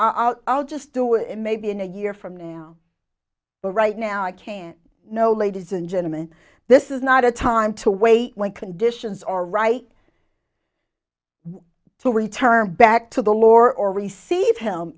and i'll just do it maybe in a year from now but right now i can't know ladies and gentlemen this is not a time to wait when conditions are right to return back to the lore or receive him